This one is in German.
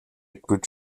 bridge